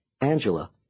Angela